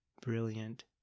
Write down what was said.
brilliant